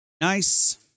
nice